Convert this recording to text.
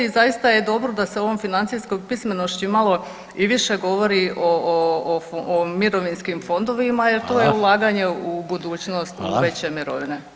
I zaista je dobro da se ovom financijskom pismenošću malo i više govori o mirovinskim fondovima jer [[Upadica: Hvala.]] to je ulaganje u budućnost, u veće mirovine.